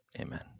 Amen